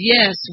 Yes